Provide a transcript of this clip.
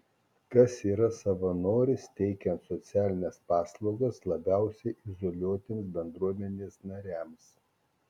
kas yra savanoris teikiant socialines paslaugas labiausiai izoliuotiems bendruomenės nariams